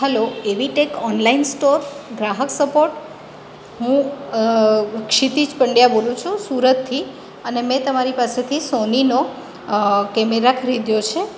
hello AV tech online store ગ્રાહક support હું ક્ષિતિજ પંડ્યા બોલું છું સુરતથી અને મેં તમારી પાસેથી સોનીનો કેમેરા ખરીદ્યો છે